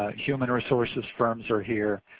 ah human resources firms are here.